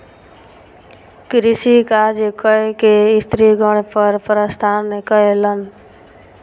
कृषि कार्य कय के स्त्रीगण घर प्रस्थान कयलैन